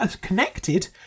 connected